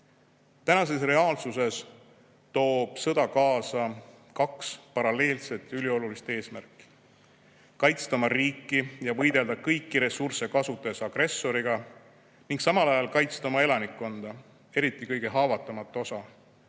Tänases reaalsuses toob sõda kaasa kaks paralleelset, üliolulist eesmärki: kaitsta oma riiki ja võidelda kõiki ressursse kasutades agressoriga ning samal ajal kaitsta oma elanikkonda, eriti selle kõige haavatavamat osa,